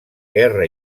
guerra